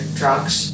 drugs